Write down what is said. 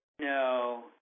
No